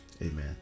amen